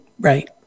right